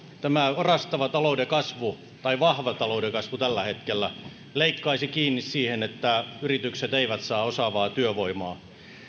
tämä orastava talouden kasvu tai vahva talouden kasvu tällä hetkellä leikkaisi kiinni siihen että yritykset eivät saa osaavaa työvoimaa